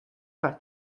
dva